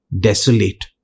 desolate